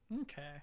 okay